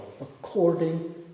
according